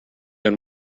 have